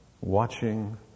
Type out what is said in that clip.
watching